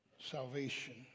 salvation